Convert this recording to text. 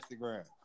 Instagram